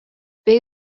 bei